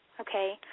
okay